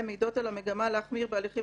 הן מעידות על המגמה להחמיר בהליכים